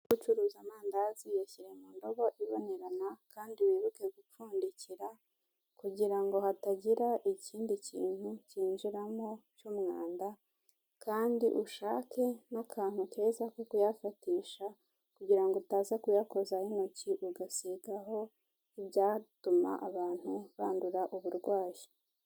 Gucuruza amandazi yashyire mu ndobo ibonerana Kandi wibuke gupfundikira kugirango hatagira ikindi kintu kinjiramo cy'umwanda kandi ushake n'akantu keza ko kuyafatisha kugirango utaza kuyakozaho intoki ugasigaho ibyatuma abantu bandura uburwayi.